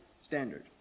standard